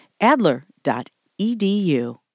Adler.edu